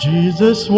Jesus